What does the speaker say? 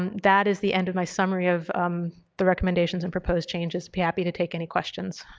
um that is the end of my summary of the recommendations and proposed changes. be happy to take any questions.